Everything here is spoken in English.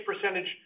percentage